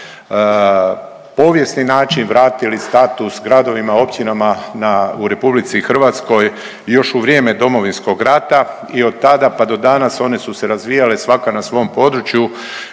povijesni način vratili status gradovima, općinama u Republici Hrvatskoj još u vrijeme Domovinskog rata i od tada pa do danas one su se razvijale svaka na svom području,